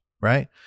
Right